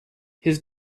his